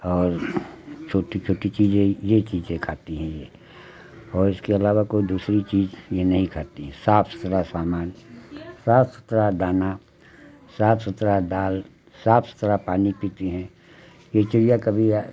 और छोटी छोटी चीज़ें यह चीज़ें खाती हैं यह और इसके अलावा कोई दूसरी चीज़ यह नहीं खाती हैं साफ़ सुथरा सामान साफ़ सुथरा दाना साफ़ सुथरा दाल साफ सुथरा पानी पीती हैं यह चिड़िया कभी